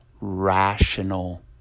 rational